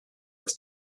was